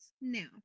now